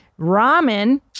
ramen